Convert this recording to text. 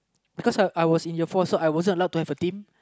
because I I was in your force so I wasn't allowed to have a team